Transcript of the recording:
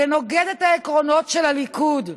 זה נוגד את העקרונות של הליכוד.